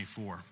24